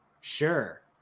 sure